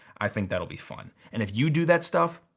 i think that'll be fun. and if you do that stuff,